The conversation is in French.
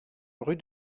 rue